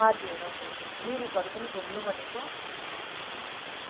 हजुर हजुर मिरिकहरू पनि घुम्नु भनेको